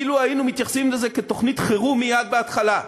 אילו היינו מתייחסים לזה כתוכנית חירום מייד בהתחלה,